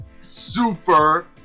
super